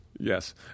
Yes